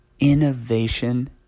Innovation